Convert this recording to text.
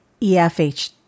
EFH